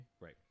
Right